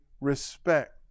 respect